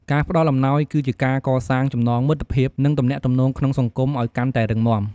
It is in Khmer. ការផ្តល់អំណោយគឺជាការកសាងចំណងមិត្តភាព និងទំនាក់ទំនងក្នុងសង្គមឱ្យកាន់តែរឹងមាំ។